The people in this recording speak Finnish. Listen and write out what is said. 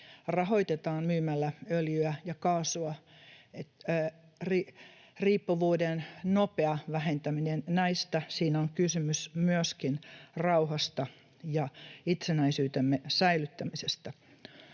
rahoitetaan myymällä öljyä ja kaasua, niin riippuvuuden nopeassa vähentämisessä niistä on kysymys myöskin rauhasta ja itsenäisyytemme säilyttämisestä.